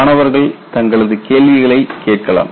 மாணவர்கள் தங்களது கேள்விகளைக் கேட்கலாம்